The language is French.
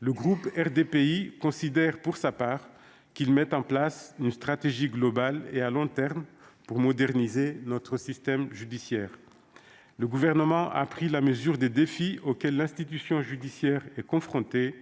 le groupe RDPI considère, pour sa part, qu'ils mettent en place une stratégie globale et à long terme pour moderniser notre système judiciaire. Le Gouvernement a pris la mesure des défis auxquels l'institution judiciaire est confrontée,